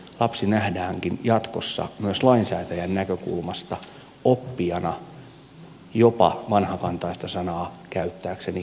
lapsi nähdäänkin jatkossa myös lainsäätäjän näkökulmasta oppijana jopa vanhakantaista sanaa käyttääkseni koululaisena